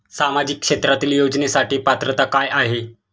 सामाजिक क्षेत्रांतील योजनेसाठी पात्रता काय आहे?